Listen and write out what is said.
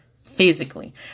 physically